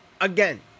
again